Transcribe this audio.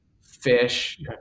fish